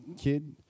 kid